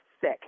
sick